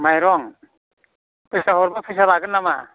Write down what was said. माइरं फैसा हरबा फैसा लागोन नामा